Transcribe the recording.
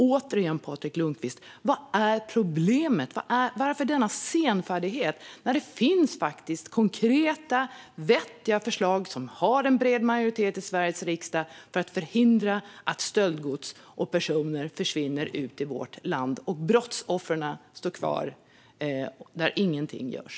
Återigen, Patrik Lundqvist: Vad är problemet? Varför denna senfärdighet när det faktiskt finns konkreta, vettiga förslag - som har en bred majoritet i Sveriges riksdag - på sätt att förhindra att stöldgods och personer försvinner ut ur vårt land? Brottsoffren står kvar när ingenting görs.